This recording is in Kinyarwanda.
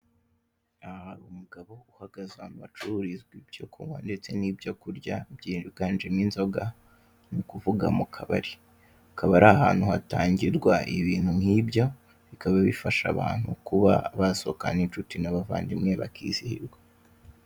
Aha hari umugabo uhagaze ahantu hacururizwa ibyo kunywa ndetse n'ibyo kurya byiganjemo inzoga, ni ukuvuga mu kabari. Akaba ari ahantu hatangirwa ibintu nk'ibyo bikaba bifasha abantu kuba basohokana inshuti n'abavandimwe bakizihirwa.